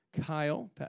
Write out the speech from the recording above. Kyle